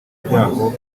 by’aho